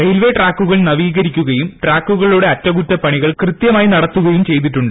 railway ട്രാക്കൂകൾ നവീകരിക്കുകയും ട്രാക്കുകളുടെ അറ്റകുറ്റപണികൾ കൃത്യമായി നടത്തുകയും ചെയ്തിട്ടുണ്ട്